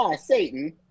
Satan